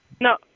No